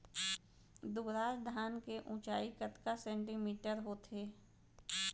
दुबराज धान के ऊँचाई कतका सेमी होथे?